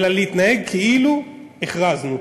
אלא להתנהג כאילו הכרזנו,